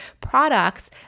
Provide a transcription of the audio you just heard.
products